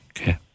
okay